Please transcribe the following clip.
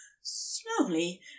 slowly